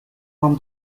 mam